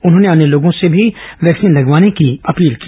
उन्होंने अन्य लोगों से भी वैक्सीन लगवाने अपील की